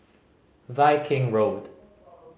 Viking Road